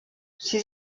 ses